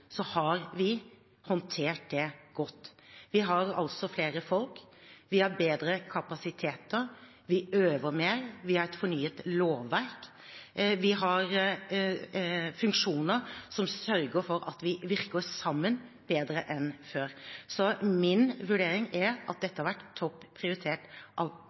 har vi håndtert det godt. Vi har flere folk, vi har bedre kapasiteter, vi øver mer, vi har et fornyet lovverk, vi har funksjoner som sørger for at vi virker sammen bedre enn før, så min vurdering er at dette har vært topp prioritert av